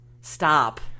Stop